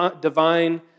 divine